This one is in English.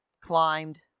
climbed